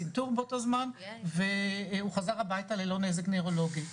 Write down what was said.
צנתור באותו זמן והוא חזר הביתה ללא נזק נוירולוגי.